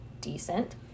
decent